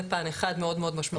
זה פן אחד מאוד מאוד משמעותי.